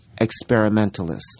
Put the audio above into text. experimentalists